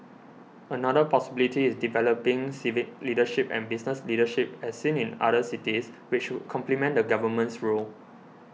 another possibility is developing civic leadership and business leadership as seen in other cities which could complement the Government's role